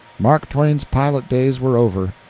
mark twain's pilot days were over.